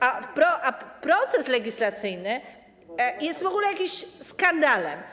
A proces legislacyjny jest w ogóle jakimś skandalem.